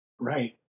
Right